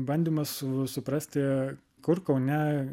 bandymas suprasti kur kaune